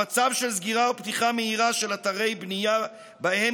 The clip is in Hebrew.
המצב של סגירה ופתיחה מהירה של אתרי בנייה שבהם